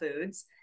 foods